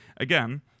Again